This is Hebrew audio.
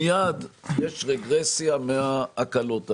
מייד הייתה רגרסיה מההקלות האלה.